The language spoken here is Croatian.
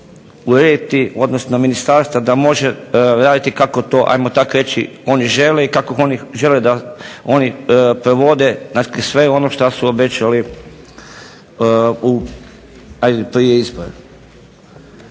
urediti, odnosno ministarstva da može raditi kako to hajmo tak reći oni žele i kako oni žele da oni provode znači sve ono što su obećali hajde prije izbora.